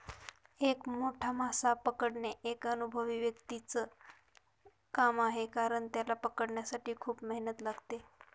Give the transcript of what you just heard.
एक मोठा मासा पकडणे एका अनुभवी व्यक्तीच च काम आहे कारण, त्याला पकडण्यासाठी खूप मेहनत लागते